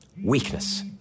Weakness